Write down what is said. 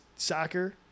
soccer